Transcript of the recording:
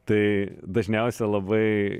tai dažniausia labai